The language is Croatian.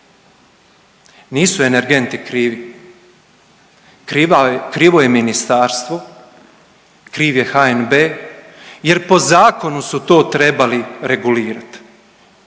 Nisu energenti krivi. Kriva je ministarstvo, kriv je HNB jer po zakonu su to trebali regulirati.